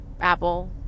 Apple